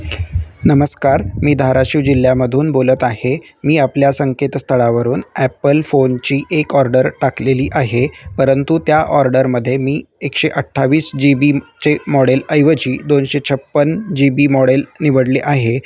नमस्कार मी धाराशिव जिल्ह्यामधून बोलत आहे मी आपल्या संकेत स्थळावरून ॲपल फोनची एक ऑर्डर टाकलेली आहे परंतु त्या ऑर्डरमध्ये मी एकशे अठ्ठावीस जी बीचे मॉडेल ऐवजी दोनशे छप्पन जी बी मॉडेल निवडले आहे